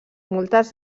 moltes